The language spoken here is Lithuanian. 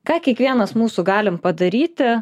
ką kiekvienas mūsų galim padaryti